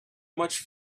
much